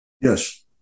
Yes